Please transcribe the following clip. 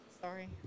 Sorry